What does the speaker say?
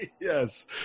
Yes